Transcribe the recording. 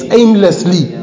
aimlessly